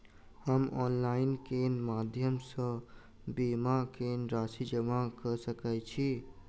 हम ऑनलाइन केँ माध्यम सँ बीमा केँ राशि जमा कऽ सकैत छी?